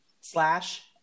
slash